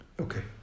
Okay